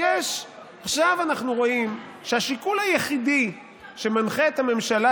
עכשיו אנחנו רואים שהשיקול היחיד שמנחה את הממשלה